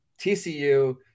TCU